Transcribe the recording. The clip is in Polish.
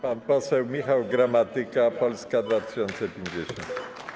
Pan poseł Michał Gramatyka, Polska 2050.